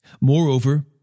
Moreover